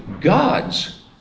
God's